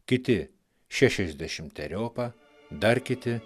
kiti šešiasdešimteriopą dar kiti